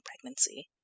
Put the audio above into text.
pregnancy